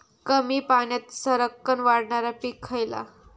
कमी पाण्यात सरक्कन वाढणारा पीक खयला?